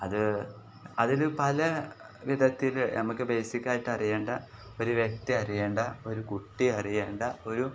അത് അതിൽ പല വിധത്തിൽ നമുക്ക് ബേസിക്കായിട്ട് അറിയേണ്ട ഒരു വ്യക്തി അറിയേണ്ട ഒരു കുട്ടി അറിയേണ്ട ഒരു